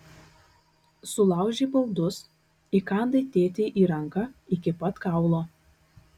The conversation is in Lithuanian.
sulaužei baldus įkandai tėtei į ranką iki pat kaulo